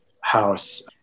House